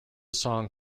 song